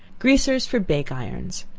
greasers for bake-irons.